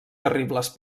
terribles